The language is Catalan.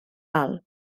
alt